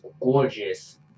gorgeous